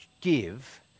give